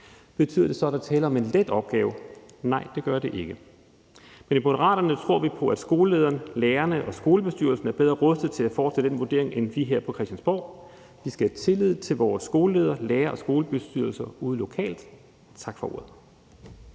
Betyder det så, at der er tale om en let opgave? Nej, det gør det ikke. Men i Moderaterne tror vi på, at skolelederen, lærerne og skolebestyrelsen er bedre rustet til at foretage den vurdering, end vi er her på Christiansborg. Vi skal have tillid til vores skoleledere, lærere og skolebestyrelser ude lokalt. Tak for ordet.